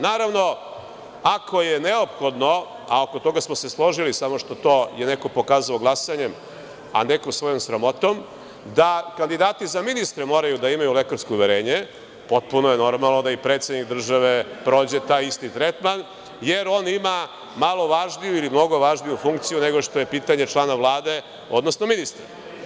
Naravno, ako je neophodno, a oko toga smo se složili, samo što je to neko pokazao glasanjem, a neko svojom sramotom, da kandidati za ministre moraju da imaju lekarsko uverenje, potpuno je normalno da i predsednik države prođe taj isti tretman, jer on ima malo važniju ili mnogo važniju funkciju nego što je pitanje člana Vlade, odnosno ministra.